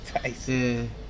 Tyson